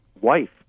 wife